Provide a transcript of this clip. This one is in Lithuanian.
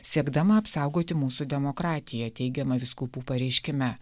siekdama apsaugoti mūsų demokratiją teigiama vyskupų pareiškime